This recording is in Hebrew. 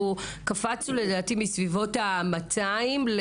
המספרים של הנשים שמבקשות עלו.